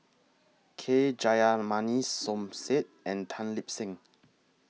K Jayamani Som Said and Tan Lip Seng